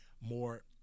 more